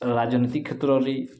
ରାଜନୀତି କ୍ଷେତ୍ରରେ